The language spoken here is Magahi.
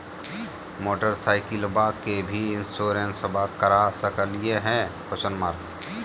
मोटरसाइकिलबा के भी इंसोरेंसबा करा सकलीय है?